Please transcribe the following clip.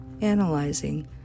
analyzing